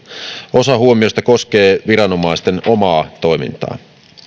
osa huomioista koskee viranomaisten omaa toimintaa